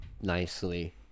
nicely